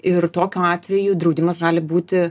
ir tokiu atveju draudimas gali būti